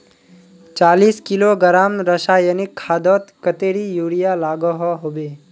चालीस किलोग्राम रासायनिक खादोत कतेरी यूरिया लागोहो होबे?